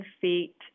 feet